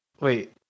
Wait